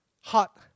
hot